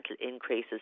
increases